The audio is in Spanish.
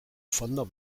fondo